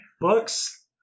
books